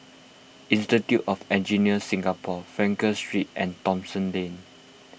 Institute of Engineers Singapore Frankel Street and Thomson Lane